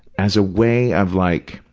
as a way of like,